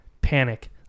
Panic